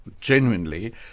genuinely